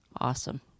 Awesome